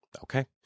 okay